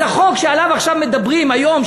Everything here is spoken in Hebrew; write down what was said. אז החוק שעליו מדברים היום,